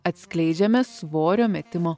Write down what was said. atskleidžiame svorio metimo